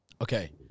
okay